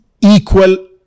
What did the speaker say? equal